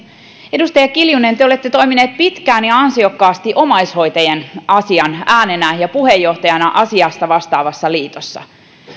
edustaja kiljunen te olette toiminut pitkään ja ansiokkaasti omaishoitajien äänenä ja puheenjohtajana asiasta vastaavassa liitossa